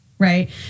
Right